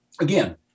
again